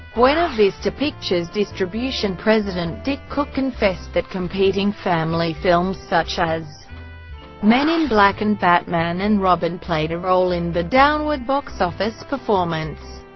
buena vista pictures distribution president dick cook confessed that competing family films such as men in black and batman and robin played a role in the downward box office performance,